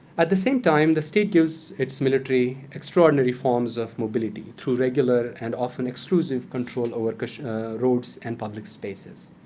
at the same time, the state gives its military extraordinary forms of mobility, through regular and often exclusive control over roads and public spaces.